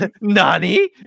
Nani